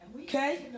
Okay